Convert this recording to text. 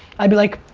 i'd be like,